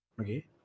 Okay